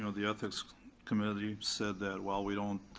you know the ethics committee said that while we don't,